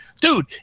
Dude